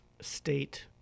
state